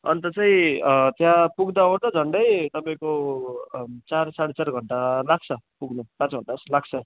अन्त चाहिँ त्यहाँ पुग्दाओर्दा झन्डै तपाईँको चार साढे चार घन्टा लाग्छ पुग्न पाँच घन्टा जस्तो लाग्छ